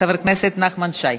חבר הכנסת נחמן שי.